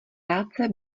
práce